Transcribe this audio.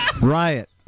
Riot